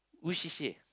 which C_C_A